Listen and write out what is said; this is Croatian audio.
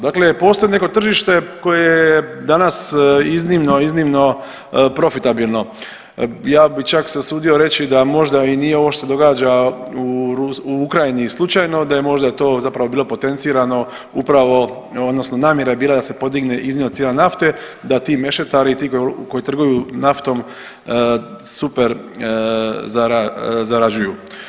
Dakle, postoji neko tržište koje je danas iznimno, iznimno profitabilno, ja bi čak se usudio reći da možda i nije ovo što se događa u Ukrajini slučajno, da je možda to zapravo bilo potencirano upravo odnosno namjera je bila da se podigne iznimno cijena nafte da ti mešetari ti koji trguju naftom super zarađuju.